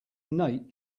nate